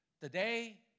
Today